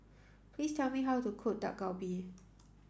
please tell me how to cook Dak Galbi